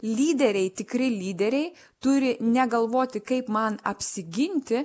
lyderiai tikri lyderiai turi negalvoti kaip man apsiginti